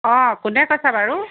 অঁ কোনে কৈছা বাৰু